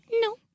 No